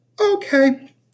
okay